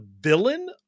villain